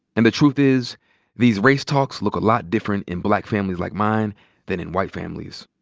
and the truth is these race talks look a lot different in black families like mine than in white families.